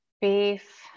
beef